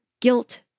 guilt